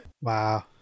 wow